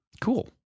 Cool